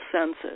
senses